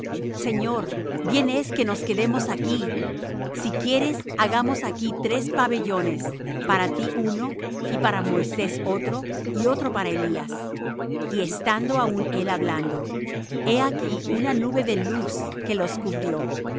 señor bien es que nos quedemos aquí si quieres hagamos aquí tres pabellones para ti uno y para moisés otro y otro para elías y estando aún él hablando he aquí una nube de luz que los cubrió